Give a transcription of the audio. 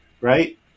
right